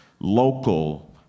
local